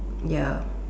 ya